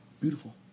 beautiful